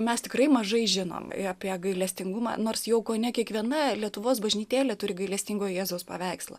mes tikrai mažai žinom apie gailestingumą nors jau kone kiekviena lietuvos bažnytėlė turi gailestingojo jėzaus paveikslą